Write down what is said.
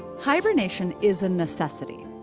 hibernation is a necessity,